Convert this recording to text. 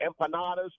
empanadas